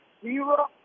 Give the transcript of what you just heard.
zero